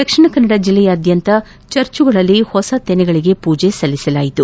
ದಕ್ಷಿಣ ಕನ್ನಡ ಜಿಲ್ಲೆಯಾದ್ಯಂತ ಚರ್ಚ್ಗಳಲ್ಲಿ ಹೊಸ ತೆನೆಗಳಿಗೆ ಪೂಜೆ ಸಲ್ಲಿಸಲಾಯಿತು